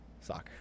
Soccer